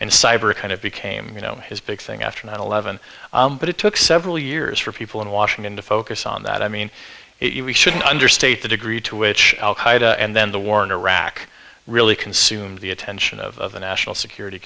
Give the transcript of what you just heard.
cyber kind of became you know his big thing after nine eleven but it took several years for people in washington to focus on that i mean you we shouldn't understate the degree to which and then the war in iraq really consumed the attention of the national security